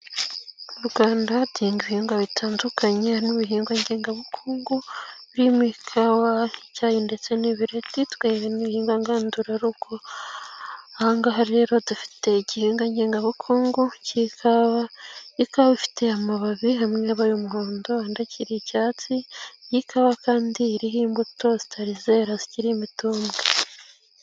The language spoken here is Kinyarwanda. Mu Rwanda duhinga ibihingwa bitandukanye harimo ibihingwa ngengabukungu birmo ikawa, icyayi ndetse n'ibireti, tweza ibihingwa ngandurarugo aha ngaha rero dufite igihingwa ngengabukungu cy'ikawa, ikawa ifite amababi hamwe yabaye umuhondo andi akiri icyatsi, iyi kawa kandi iriho imbuto zitari zera zikiri imitumbwe.